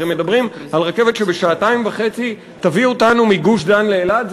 הרי מדברים על רכבת שבשעתיים וחצי תביא אותנו מגוש-דן לאילת.